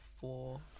four